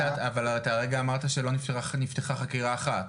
אבל אתה כרגע אמרת שלא נפתחה חקירה אחת.